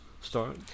start